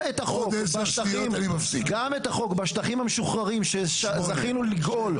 גם בשטחים ששחררנו.